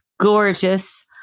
gorgeous